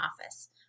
office